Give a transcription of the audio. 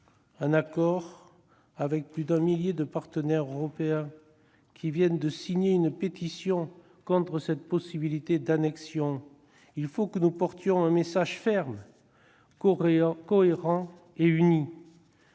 en accord avec plus d'un millier de parlementaires européens, qui viennent de signer une pétition contre ce projet d'annexion. Il faut que nous portions un message ferme, cohérent et uni.